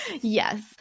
Yes